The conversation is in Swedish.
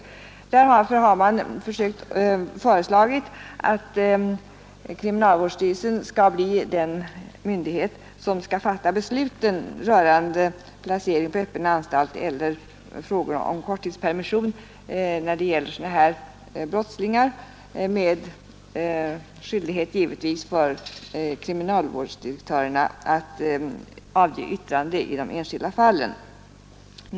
Därför har man föreslagit att kriminalvårdsstyrelsen skall bli den myndighet som skall fatta besluten rörande placering på öppen anstalt eller korttidspermission i fråga om sådana här brottslingar, med skyldighet givetvis för kriminalvårdsdirektörerna att avge yttrande i de enskilda fallen.